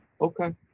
okay